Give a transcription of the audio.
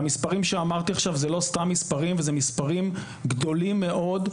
והמספרים שאמרתי עכשיו זה לא סתם מספרים וזה מספרים גדולים מאוד,